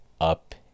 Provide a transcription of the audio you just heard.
up